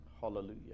Hallelujah